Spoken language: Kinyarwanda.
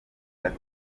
gato